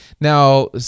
Now